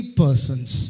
persons